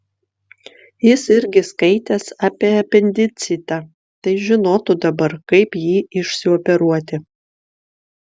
jis irgi skaitęs apie apendicitą tai žinotų dabar kaip jį išsioperuoti